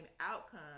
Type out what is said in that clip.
outcome